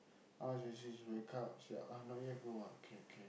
oh sh~ she she wake up she ah not yet go ah okay K